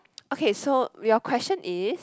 okay so your question is